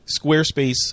Squarespace